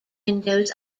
windows